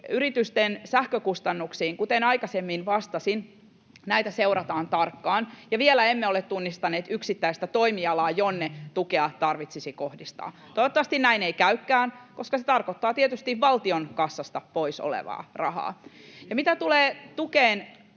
yritysten sähkökustannuksiin, niin kuten aikaisemmin vastasin, näitä seurataan tarkkaan, ja vielä emme ole tunnistaneet yksittäistä toimialaa, jonne tukea tarvitsisi kohdistaa. Toivottavasti näin ei käykään, koska se tarkoittaa tietysti valtion kassasta pois olevaa rahaa. Ja mitä tulee tukeen